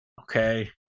Okay